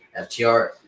FTR